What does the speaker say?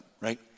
right